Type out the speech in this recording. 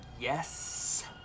Yes